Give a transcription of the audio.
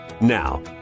Now